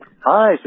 Hi